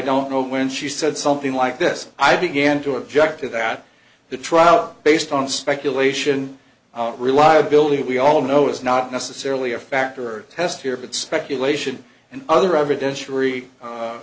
don't know when she said something like this i began to object to that the trial based on speculation reliability that we all know is not necessarily a factor test here but speculation and other